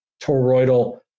toroidal